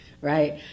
right